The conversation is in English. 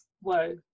Whoa